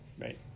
right